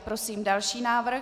Prosím další návrh.